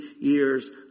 years